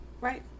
Right